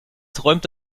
träumt